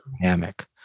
dynamic